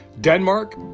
Denmark